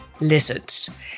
lizards